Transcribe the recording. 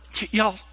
Y'all